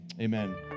amen